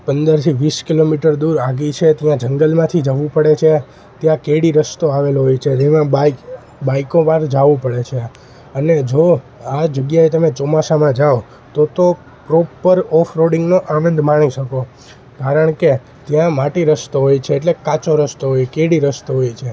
પંદરથી વીસ કિલોમીટર દૂર આઘી છે ત્યાં જંગલમાંથી જવું પડે છે ત્યાં કેડી રસ્તો આવેલો હોય છે તેમાં બાઈક બાઈકો વાર જવું પડે છે અને જો આ જગ્યાએ તમે ચોમાસાંમાં જાઓ તો તો પ્રોપર ઓફ રોડિંગનો આનંદ માણો શકો કારણ કે ત્યાં માટી રસ્તો હોય છે એટલે કાચો રસ્તો હોય કેડી રસ્તો હોય છે